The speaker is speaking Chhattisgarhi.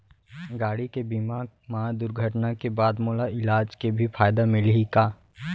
गाड़ी के बीमा मा दुर्घटना के बाद मोला इलाज के भी फायदा मिलही का?